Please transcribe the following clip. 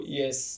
yes